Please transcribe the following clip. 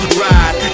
ride